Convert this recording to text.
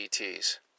ETs